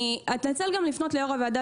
אני רוצה גם לפנות ליו"ר הוועדה,